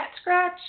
scratch